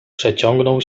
przeciągnął